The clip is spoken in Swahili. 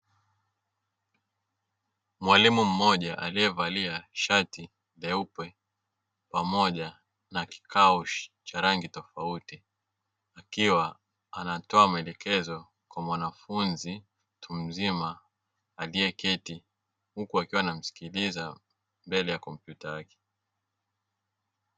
Mwalimu mmoja alievalia shati leupe pamoja na kikaushi cha rangi tofuti akiwa anatoa maelekezo kwa mwanafunzi mtu mzima alieketi huku akiwa anmsikiliza mbele ya kompyuta yake.